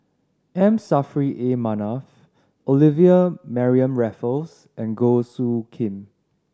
M Saffri A Manaf Olivia Mariamne Raffles and Goh Soo Khim